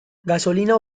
gasolina